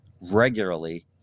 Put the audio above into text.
regularly